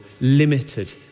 limited